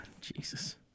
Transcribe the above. Jesus